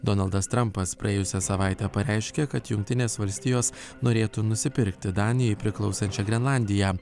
donaldas trampas praėjusią savaitę pareiškė kad jungtinės valstijos norėtų nusipirkti danijai priklausančią grenlandiją